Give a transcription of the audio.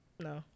No